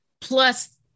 plus